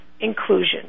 inclusion